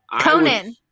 conan